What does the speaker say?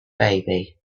baby